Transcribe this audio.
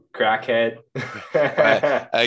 crackhead